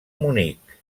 munic